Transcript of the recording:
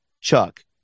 Chuck